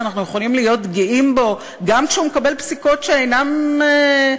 שאנחנו יכולים להיות גאים בו גם כשהוא מקבל פסיקות שאינן לרוחנו,